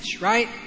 right